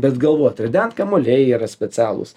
bet galvot rident kamuoliai yra specialūs